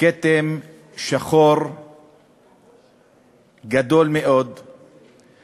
כתם שחור גדול מאוד על שלטון החוק.